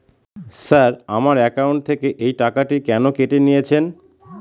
Sir আমার account থেকে এই টাকাটি কেন কেটে নিয়েছেন?